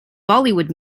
bollywood